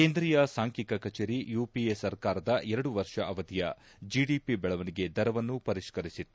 ಕೇಂದ್ರೀಯ ಸಾಂಖ್ಯಿಕ ಕಚೇರಿ ಯುಪಿಎ ಸರ್ಕಾರದ ಎರಡು ವರ್ಷ ಅವಧಿಯ ಜಿಡಿಪಿ ಬೆಳವಣಿಗೆ ದರವನ್ನು ಪರಿಷ್ಕರಿಸಿತ್ತು